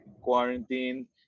quarantine